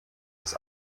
dass